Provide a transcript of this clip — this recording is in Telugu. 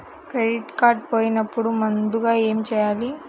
క్రెడిట్ కార్డ్ పోయినపుడు ముందుగా ఏమి చేయాలి?